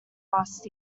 last